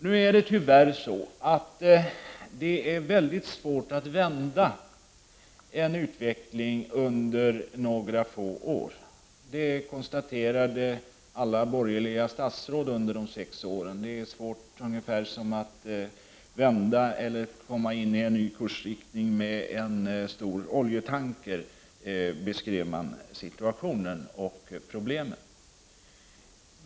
Nu är det tyvärr så att det är väldigt svårt att vända en utveckling på några få år. Det konstaterade alla borgerliga statsråd under de sex åren. Det är ungefär lika svårt som att vända eller komma in i en ny kursriktning med en stor oljetanker, beskrev man situationen och problemen.